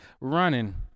running